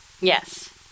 Yes